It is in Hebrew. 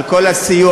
על כל הסיוע,